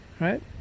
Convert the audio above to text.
right